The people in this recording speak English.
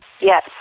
Yes